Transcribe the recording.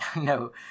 No